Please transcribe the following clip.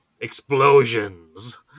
explosions